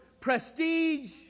prestige